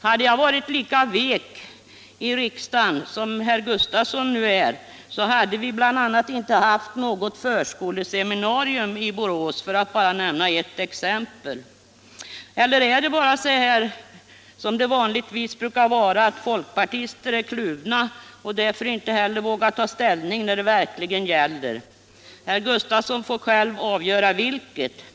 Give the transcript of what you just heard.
Hade jag varit lika vek i riksdagen som herr Gustafsson nu är hade vi bl.a. inte haft något förskoleseminarium i Borås — för att bara nämna ett exempel. Eller är det bara som det vanligtvis brukar vara, att folkpartister är kluvna och därför inte heller vågar ta ställning när det verkligen gäller? Herr Gustafsson får själv avgöra vilket det är.